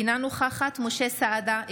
אינה נוכחת משה סעדה,